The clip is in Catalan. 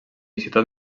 ciutat